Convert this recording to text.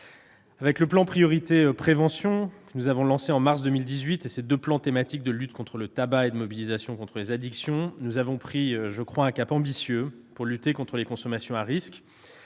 Avec le plan Priorité prévention lancé en mars 2018 et ses deux plans thématiques de lutte contre le tabac et de mobilisation contre les addictions, nous avons fixé un cap ambitieux afin de lutter contre les consommations à risque,